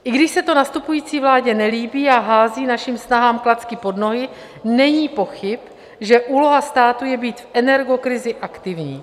I když se to nastupující vládě nelíbí a hází našim snahám klacky pod nohy, není pochyb, že úloha státu je být v energokrizi aktivní.